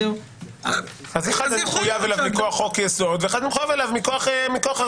אחד מחויב מכוח חוק יסוד ואחד מכוח הרצון